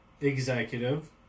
Executive